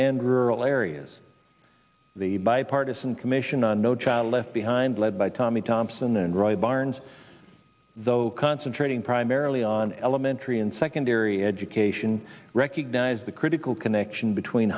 and rural areas the bipartisan commission on no child left behind led by tommy thompson and roy barnes though concentrating primarily on elementary and secondary education recognize the critical connection between